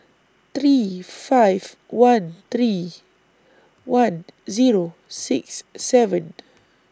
three five one three one Zero six seven